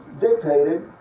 dictated